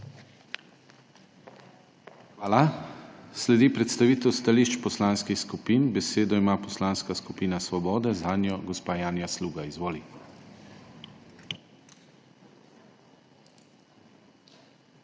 Hvala. Sledi predstavitev stališč Poslanskih skupin. Besedo ima Poslanska skupina Svoboda, zanjo gospa Mateja Čalušić. Izvolite.